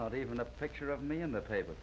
not even a picture of me in the paper